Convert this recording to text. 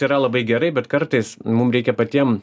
yra labai gerai bet kartais mum reikia patiem